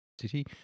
city